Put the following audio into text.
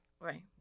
Right